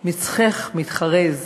מצחך מתחרז